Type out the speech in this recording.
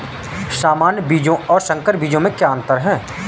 सामान्य बीजों और संकर बीजों में क्या अंतर है?